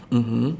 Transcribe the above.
mmhmm